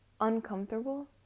uncomfortable